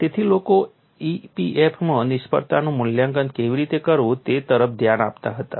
તેથી લોકો EPF માં નિષ્ફળતાનું મૂલ્યાંકન કેવી રીતે કરવું તે તરફ ધ્યાન આપતા હતા